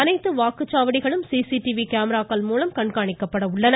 அனைத்து வாக்குச்சவாடிகளும் சிசிடிவி கேமிராக்கள் மூலம் கண்காணிக்கப்பட உள்ளன